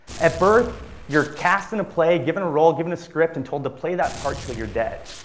at birth, you're cast in a play, given a role, given a script, and told to play that part until you're dead.